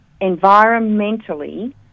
environmentally